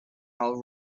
all